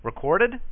Recorded